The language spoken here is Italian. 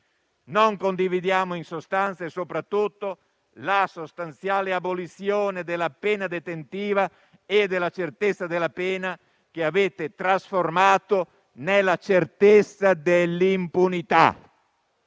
Non condividiamo soprattutto la sostanziale abolizione della pena detentiva e della certezza della pena, che avete trasformato in certezza dell'impunità.